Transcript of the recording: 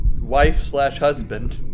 wife-slash-husband